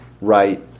right